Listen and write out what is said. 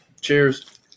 Cheers